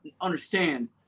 understand